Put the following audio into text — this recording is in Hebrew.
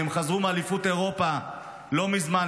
והם חזרו מאליפות אירופה לא מזמן,